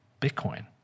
Bitcoin